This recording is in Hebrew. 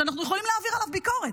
אנחנו יכולים להעביר עליו ביקורת,